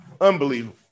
Unbelievable